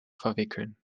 verwickeln